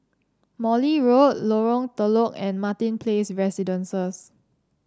Morley Road Lorong Telok and Martin Place Residences